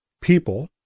people